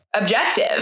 objective